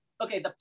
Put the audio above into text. Okay